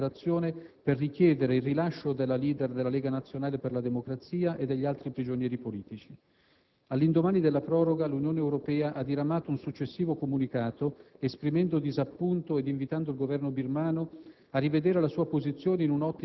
ha adottato una dichiarazione per richiedere il rilascio della *leader* della Lega Nazionale per la democrazia e degli altri prigionieri politici. All'indomani della proroga, l'UE ha diramato un successivo comunicato esprimendo disappunto ed invitando il Governo birmano